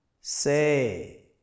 Say